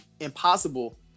Impossible